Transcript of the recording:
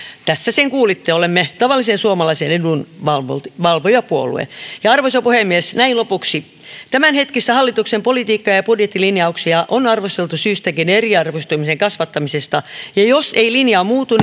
tässä sen kuulitte olemme tavallisen suomalaisen edunvalvojapuolue arvoisa puhemies näin lopuksi tämänhetkistä hallituksen politiikkaa ja budjettilinjauksia on arvosteltu syystäkin eriarvoistumisen kasvattamisesta jos ei linja muutu